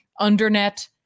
undernet